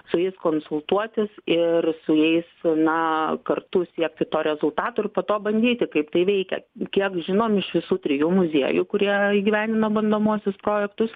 su jais konsultuotis ir su jais na kartu siekti to rezultato ir po to bandyti kaip tai veikia kiek žinom iš visų trijų muziejų kurie įgyvendina bandomuosius projektus